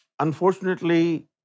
unfortunately